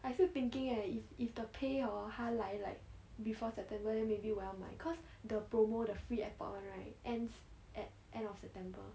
I still thinking eh if if the pay hor 它来 like before september then maybe 我要买 cause the promo the free airpod one right ends at end of september